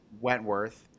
Wentworth